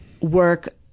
work